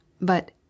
but